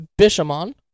Bishamon